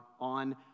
on